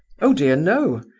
oh dear no,